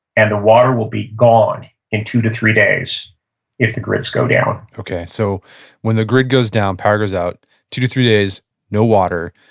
and the water will be gone in two to three days if the grids go down okay. so when the grid goes down, power goes out, two to three days no water.